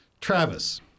Travis